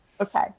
okay